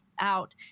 Out